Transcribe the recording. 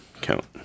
count